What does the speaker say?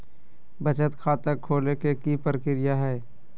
बचत खाता खोले के कि प्रक्रिया है?